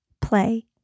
play